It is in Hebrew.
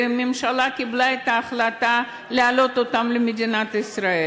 והממשלה קיבלה את ההחלטה להעלות אותם למדינת ישראל.